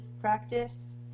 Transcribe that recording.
practice